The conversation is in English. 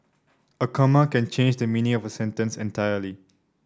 a comma can change the meaning of a sentence entirely